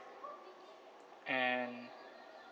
and